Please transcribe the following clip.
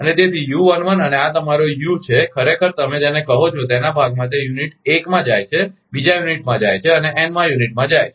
અને તેથી u11 અને તમારો આ યુ ખરેખર તમે જેને કહો છો તેના ભાગમાં તે યુનિટ એક માં જાય છે બીજા યુનિટ માં જાય છે અને એન યુનિટ માં જાય છે